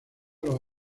los